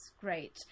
great